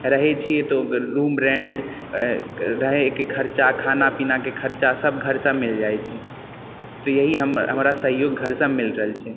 रहै छी तऽ रूम रेन्ट रहैके खर्चा खाना पीनाके खर्चा सब घरसँ मिल जाइ छै तऽ यही हमरा सहयोग घरसँ मिल रहल छै